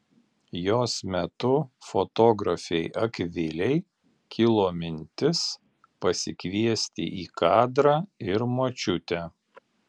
jos metu fotografei akvilei kilo mintis pasikviesti į kadrą ir močiutę